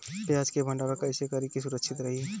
प्याज के भंडारण कइसे करी की सुरक्षित रही?